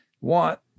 want